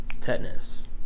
tetanus